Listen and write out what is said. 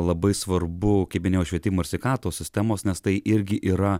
labai svarbu kaip minėjau švietimo ir sveikatos sistemos nes tai irgi yra